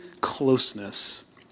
closeness